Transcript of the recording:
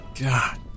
God